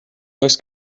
oes